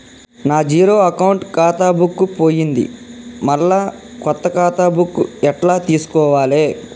నా zero account ఖాతా book పోయింది మళ్ళా కొత్త ఖాతా బుక్కు ఎట్ల తీసుకోవాలే?